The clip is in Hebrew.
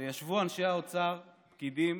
ישבו אנשי האוצר, פקידים,